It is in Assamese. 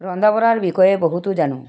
ৰন্ধা বঢ়াৰ বিষয়ে বহুতো জানো